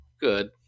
good